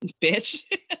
bitch